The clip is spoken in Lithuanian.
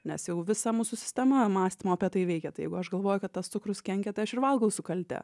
nes jau visa mūsų sistema mąstymo apie tai veikia tai jeigu aš galvoju kad tas cukrus kenkia tai aš ir valgau su kalte